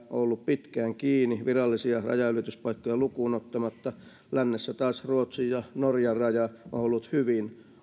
on ollut pitkään kiinni virallisia rajanylityspaikkoja lukuun ottamatta lännessä taas ruotsin ja norjan raja on ollut hyvin